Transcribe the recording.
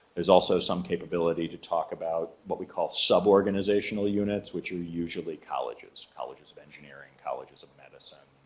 there's also some capability to talk about but we call sub organizational units which are usually colleges. colleges of engineering, colleges of medicine,